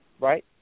right